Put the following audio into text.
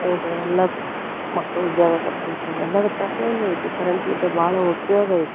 ಇದೆಲ್ಲದು ಮಕ್ಳು ವಿದ್ಯಾಭ್ಯಾಸ ಬಂತು ಎಲ್ಲದು ಪ್ರತಿಯೊಂದು ಹೀಗೆ ಕರೆಂಟಿಂದ ಭಾಳ ಉಪಯೋಗ ಐತೆ